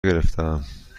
گرفتهام